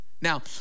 Now